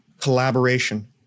collaboration